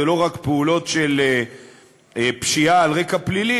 זה לא רק פעולות של פשיעה על רקע פלילי,